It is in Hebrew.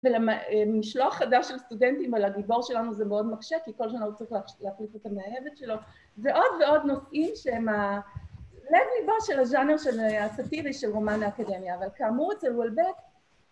ולמשלוח חדש של סטודנטים על הגיבור שלנו זה מאוד מקשה כי כל שנה הוא צריך להחליף את המאהבת שלו ועוד ועוד נושאים שהם הלב ליבו של הז'אנר שזה הסטטיבי של רומן ואקדמיה אבל כאמור אצל וולבק